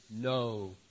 no